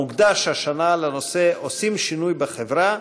המוקדש השנה לנושא: עושים שינוי בחברה,